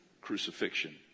crucifixion